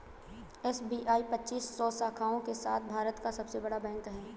SBI पच्चीस सौ शाखाओं के साथ भारत का सबसे बड़ा बैंक है